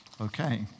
Okay